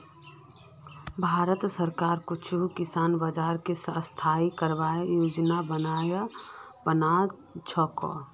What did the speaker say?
भारत सरकार कुछू किसान बाज़ारक स्थाई करवार योजना बना छेक